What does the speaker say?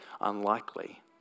unlikely